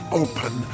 open